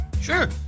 Sure